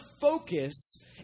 focus